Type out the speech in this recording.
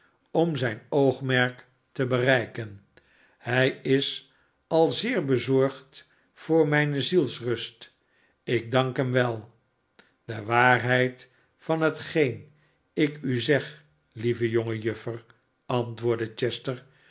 om zijn oogmerk te bereiken hij is al zeer bezorgd voor mijne zielsrust ik dank hem wel de waarheid van hetgeen ik u zeg lieve jonge jufifer antwoordde chester